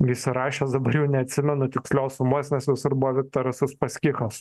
įsirašęs dabar jau neatsimenu tikslios sumos nes visurbuvo viktoras uspaskichas